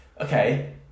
okay